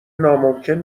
ناممکن